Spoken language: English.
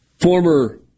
Former